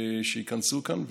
שייכנסו לכאן.